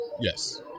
Yes